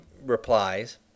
replies